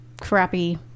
crappy